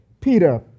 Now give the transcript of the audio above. Peter